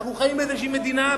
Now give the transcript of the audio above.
ואנחנו חיים באיזו מדינה,